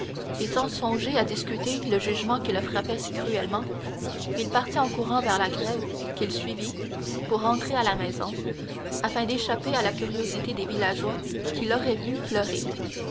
et sans songer à discuter le jugement qui le frappait si cruellement il partit en courant vers la grève qu'il suivit pour rentrer à la maison afin d'échapper à la curiosité des villageois qui l'auraient vu pleurer